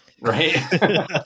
right